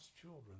children